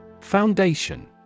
Foundation